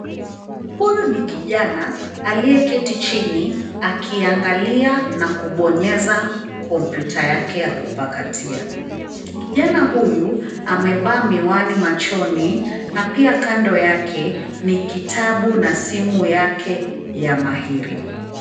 Huyu ni kijana aliye keti chini akiangalia na kubonyeza komputa yake ya kupakatia, kijana huyu amevaa miwani machoni na pia kando yake ni kitabu na simu yake ya mahiri.